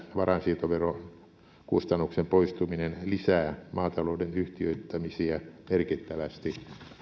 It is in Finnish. varainsiirtoverokustannuksen poistuminen lisää maatalouden yhtiöittämisiä merkittävästi